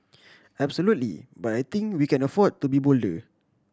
absolutely but I think we can afford to be bolder